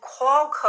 Qualco